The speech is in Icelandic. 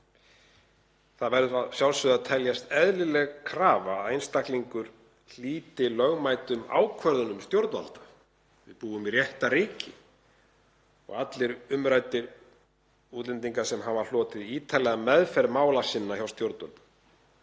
Það verður að sjálfsögðu að teljast eðlileg krafa að einstaklingur hlíti lögmætum ákvörðunum stjórnvalda. Við búum í réttarríki og allir umræddir útlendingar hafa hlotið ítarlega meðferð mála sinna hjá stjórnvöldum